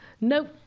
nope